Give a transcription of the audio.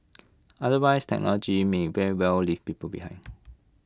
otherwise technology may very well leave people behind